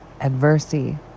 adversity